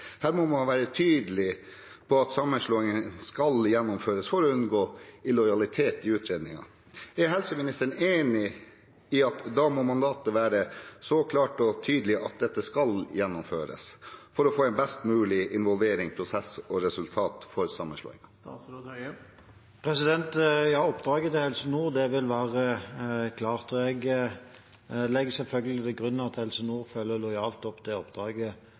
Her må man være tydelig på at sammenslåingen skal gjennomføres, for å unngå illojalitet i utredningen. Er helseministeren enig i at mandatet må være klart og tydelig på at dette skal gjennomføres, for å få best mulig involvering, prosess og resultat for sammenslåing? Oppdraget til Helse Nord vil være klart, og jeg legger selvfølgelig til grunn at Helse Nord følger lojalt opp det oppdraget